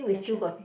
sessions we